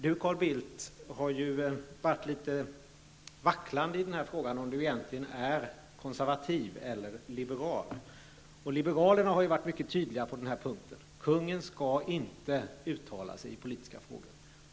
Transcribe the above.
Carl Bildt har ju varit litet vacklande i frågan om han egentligen är konservativ eller liberal. Liberalerna har ju varit mycket tydliga på den här punkten. Kungen skall inte uttala sig i politiska frågor.